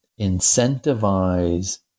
incentivize